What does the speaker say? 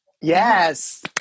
Yes